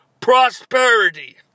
prosperity